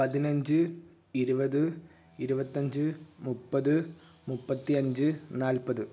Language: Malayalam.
പതിനഞ്ച് ഇരുപത് ഇരുപത്തഞ്ച് മുപ്പത് മുപ്പത്തിയഞ്ച് നാൽപ്പത്